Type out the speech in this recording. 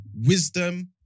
wisdom